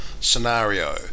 scenario